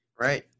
Right